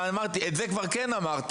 ואת זה כבר כן אמרתי,